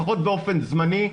לפחות באופן זמני,